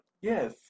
Yes